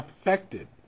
affected